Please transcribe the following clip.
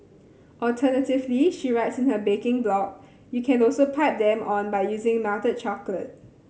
alternatively she writes in her baking blog you can also pipe them on by using melted chocolate